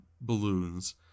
balloons